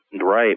Right